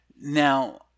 now